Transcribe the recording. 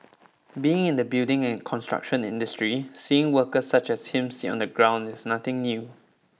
being in the building and construction industry seeing workers such as him sit on the ground is nothing new